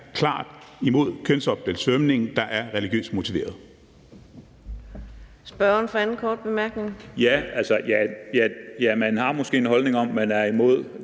imod kønsopdelt svømning, der er religiøst motiveret.